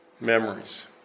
memories